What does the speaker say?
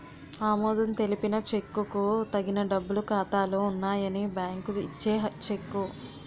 ఆమోదం తెలిపిన చెక్కుకు తగిన డబ్బులు ఖాతాలో ఉన్నాయని బ్యాంకు ఇచ్చే చెక్కు